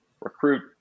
recruit